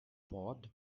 pod